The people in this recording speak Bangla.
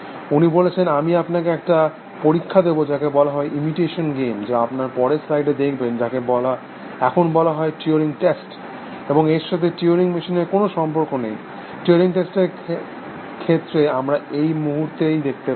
উনি বলেছেন আমি আপনাকে একটা পরিক্ষা দেব যাকে বলা হয় ইমিটেশন গেম যা আপনার পরের স্লাইডে দেখবেন যাকে এখন বলা হয় টিউরিং টেস্ট এবং এর সাথে টিউরিং মেশিনের কোনো সম্পর্ক নেই টিউরিং টেস্টের ক্ষেত্রে আমরা এই মুহূর্তেই দেখতে পাব